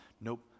nope